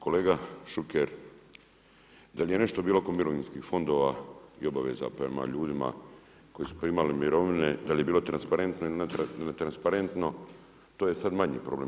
Kolega Šuker, da li je nešto bilo oko mirovinskih fondova i obaveza prema ljudima koji su primali mirovine, da li je bilo transparentno ili netransparentno, to je sad manji problem.